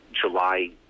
July